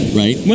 right